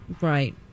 Right